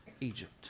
Egypt